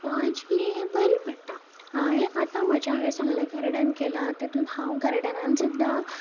जी बरी पडटा आतां म्हजें हांवें सांगलें गार्डन केलां तातूंत हांव गार्डनांत सुद्दां